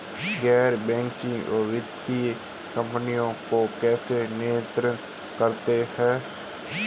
गैर बैंकिंग वित्तीय कंपनियों को कौन नियंत्रित करता है?